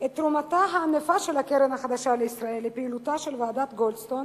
את תרומתה הענפה של הקרן החדשה לישראל לפעילותה של ועדת-גולדסטון.